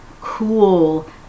cool